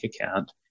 account